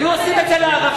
היו עושים את זה לערבים?